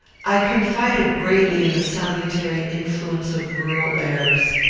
i confided greatly in the salutary influence of rural airs.